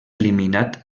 eliminat